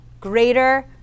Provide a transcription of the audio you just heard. greater